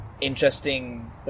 interesting